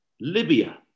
Libya